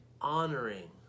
honoring